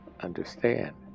Understand